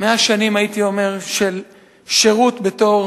100 שנים, הייתי אומר, של שירות בתור